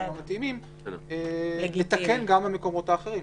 הממשלתיים המתאימים לתקן גם במקומות האחרים.